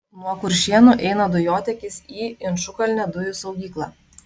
nuo kuršėnų eina dujotiekis į inčukalnio dujų saugyklą